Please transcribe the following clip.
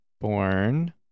Born